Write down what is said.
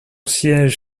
siège